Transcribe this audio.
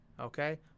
Okay